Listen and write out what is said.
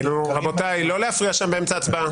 רבותיי, לא להפריע שם באמצע הצבעה.